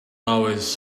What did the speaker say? always